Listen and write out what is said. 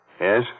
Yes